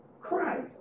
Christ